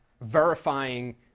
verifying